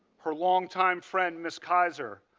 her longtime friend ms. kaiser,